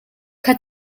kha